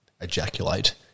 ejaculate